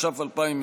14), התש"ף 2020,